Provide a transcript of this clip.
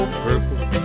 purple